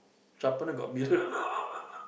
sharpener got mirror